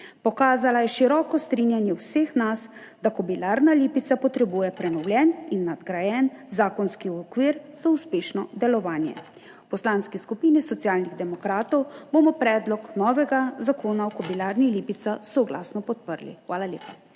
Pokazala je široko strinjanje vseh nas, da Kobilarna Lipica potrebuje prenovljen in nadgrajen zakonski okvir za uspešno delovanje. V Poslanski skupini Socialnih demokratov bomo predlog novega zakona o Kobilarni Lipica soglasno podprli. Hvala lepa.